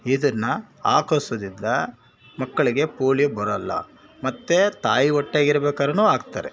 ಇದನ್ನು ಹಾಕಸೊದಿಂದ ಮಕ್ಕಳಿಗೆ ಪೋಲಿಯೋ ಬರಲ್ಲ ಮತ್ತು ತಾಯಿ ಹೊಟ್ಟೆಗಿರ್ಬೇಕಾರು ಹಾಕ್ತರೆ